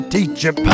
Teacher